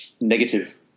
negative